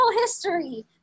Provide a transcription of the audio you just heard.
history